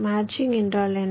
matching என்றால் என்ன